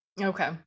Okay